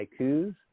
haikus